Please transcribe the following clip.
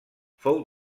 fou